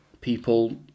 people